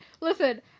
Listen